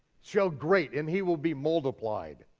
shall great and he will be multiplied.